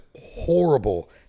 horrible